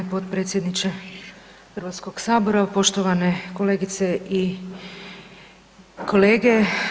potpredsjedniče Hrvatskog sabora, poštovane kolegice i kolege.